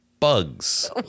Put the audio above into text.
Bugs